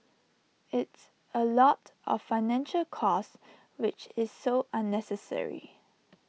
it's A lot of financial cost which is so unnecessary